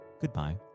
goodbye